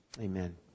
Amen